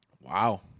Wow